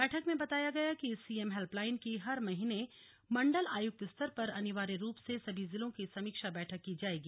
बैठक में बताया गया की सीएम हेल्पलाइन की हर महीने मंडल आयुक्त स्तर पर अनिवार्य रूप से सभी जिलों की समीक्षा बैठक की जायेगी